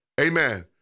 Amen